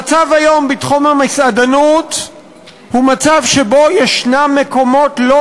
במצב היום בתחום המסעדנות יש מקומות לא